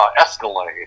Escalade